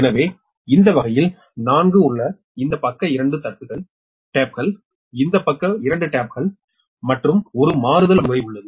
எனவே இந்த வழக்கில் நான்கு உள்ளன இந்த பக்க 2 தட்டுகள் இந்த பக்க 2 தட்டுகள் மற்றும் ஒரு மாறுதல் வழிமுறை உள்ளது